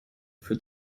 für